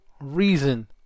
reason